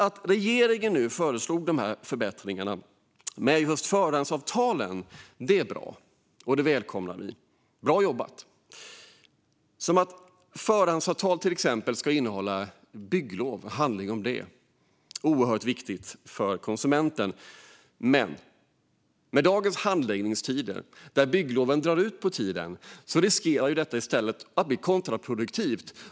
Att regeringen föreslår flera förbättringar med förhandsavtal är bra, och vi välkomnar detta. Bra jobbat! Ett exempel är att förhandsavtal ska innehålla uppgifter om bygglov. Det är oerhört viktigt för konsumenten. Men med dagens handläggningstider, när det dröjer innan man får bygglov, riskerar detta att bli kontraproduktivt.